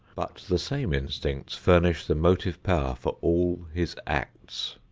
but the same instincts furnish the motive power for all his acts.